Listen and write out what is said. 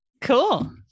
Cool